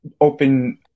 open